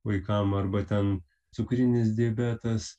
vaikam arba ten cukrinis diabetas